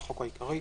החוק העיקרי),